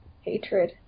hatred